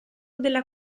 della